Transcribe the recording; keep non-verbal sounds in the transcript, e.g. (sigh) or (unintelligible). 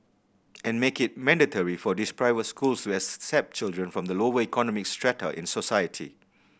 and make it mandatory for these private schools (unintelligible) accept children from the lower economic strata in society